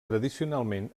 tradicionalment